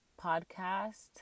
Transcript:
podcast